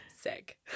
sick